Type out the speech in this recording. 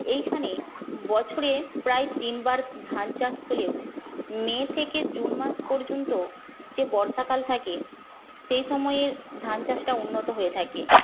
এখানে বছরে প্রায় তিনবার ধান চাষ হলেও মে থেকে জুন মাস পর্যন্ত যে বর্ষাকাল থাকে সেই সময়ের ধান চাষটা উন্নত হয়ে থাকে